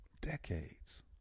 decades